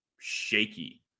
shaky